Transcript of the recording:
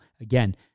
again